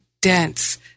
dense